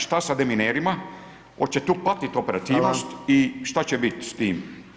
Šta sa deminerima, hoće li tu patiti [[Upadica: Hvala]] operativnost i šta će biti s tim?